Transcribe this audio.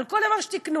על כל דבר שתקנו.